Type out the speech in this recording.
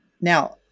Now